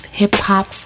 hip-hop